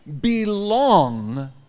belong